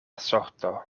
sorto